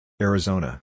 Arizona